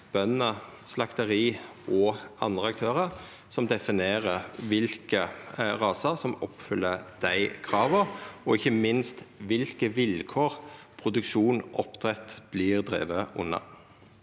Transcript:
bønder, slakteri og andre aktørar som definerer kva rasar som oppfyller dei krava, og ikkje minst kva vilkår produksjon og oppdrett vert drivne under.